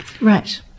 Right